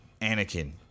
Anakin